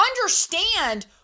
understand